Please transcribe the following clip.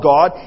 God